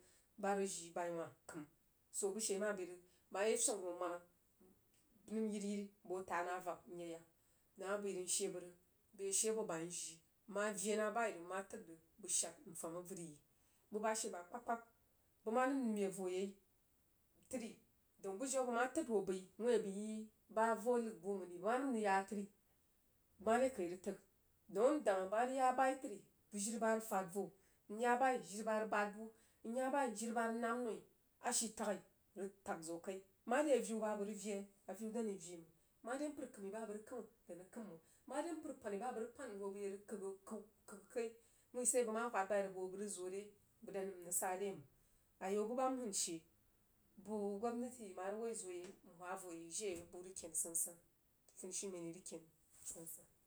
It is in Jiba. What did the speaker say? Ba rəg jii bai wah kəm swo ke she ma bəi rəg bəg maye fyeng hoo mana nəm yiri bəg tah na vak n ye yak bəg ma bəi she bəg bəg ye she bo bai njii bəg ma vii na bai mma idə rəg bəg sha fam avəri bu ba she apa kpag kpag bəg ma nəm rə meb voyei təri bəg woi rəg yi, dau bujih abəg ma tod hoo bəi ba vunəd bu məng bəg ma nəm rəg ya təri mare kai rəg ken dau a n dang bəgna ya ba jire ba rəg fad yo nya bai jiri ba rəg bad bu nya bai jiri ba rəg nam noi ashi tagh nəm tag zəu kai mare aviu ba bəg rəg vi'i avin dan rəg vii məng mare mpər kəib ba rəg kəb bəg dan kəib məng mare mpər pani ba bəg rəg pan bəg m hoo bəg ye kəg kai wui sai bəg ma whad bai rəg bəg hoo bəg rəg zoh re bəg dan sa re məng ayau bu ba n hunshe gamnah nəm ma rəg woi zo yei n wha vo yei jiri abu rəg ken san san funishiu men rəg ken sansan.